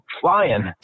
flying